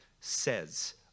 says